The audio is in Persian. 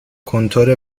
کنتور